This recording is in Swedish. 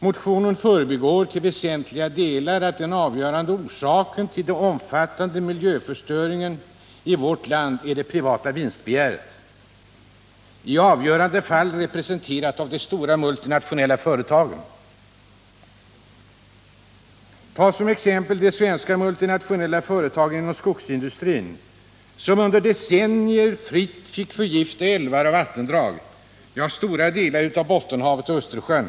Motionen förbigår till väsentliga delar att den avgörande orsaken till den omfattande miljöförstöringen i vårt land är det privata vinstbegäret, i avgörande fall representerat av de stora multinationella företagen. Ta som exempel de svenska multinationella företagen inom skogsindustrin, som under decennier fritt fick förgifta älvar och vattendrag, ja, stora delar av Bottenhavet och Östersjön!